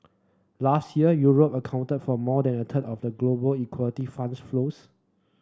last year Europe accounted for more than a of global equality flows